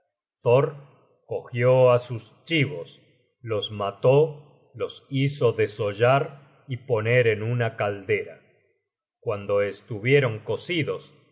cogió á sus chibos los mató los hizo desollar y poner en una caldera cuando estuvieron cocidos